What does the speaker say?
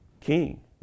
king